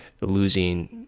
losing